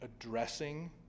addressing